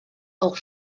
auch